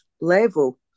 level